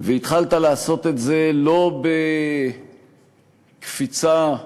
והתחלת לעשות את זה לא בקפיצה נחשונית,